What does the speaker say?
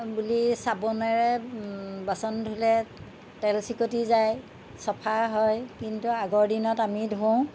বুলি চাবনেৰে বাচন ধুলে তেল চিকটি যায় চাফা হয় কিন্তু আগৰ দিনত আমি ধোওঁ